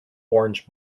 orange